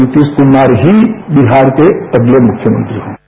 नीतीश कुमार ही बिहार के अगले मुख्यमंत्री होंगे